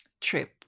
trip